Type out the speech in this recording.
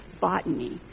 botany